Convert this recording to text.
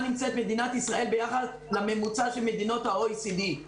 נמצאת מדינת ישראל ביחס לממוצע של מדינות ה-OECD.